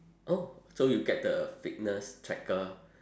oh so you get the fitness tracker